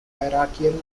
hierarchical